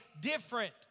different